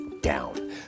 down